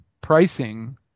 pricing